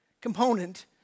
component